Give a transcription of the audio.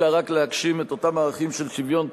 אלא רק להגשים את אותם ערכים של שוויון,